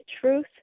truth